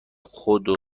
خود